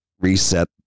reset